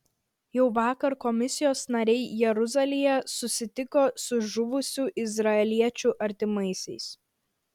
jau vakar komisijos nariai jeruzalėje susitiko su žuvusių izraeliečių artimaisiais